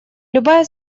любая